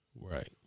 Right